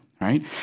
right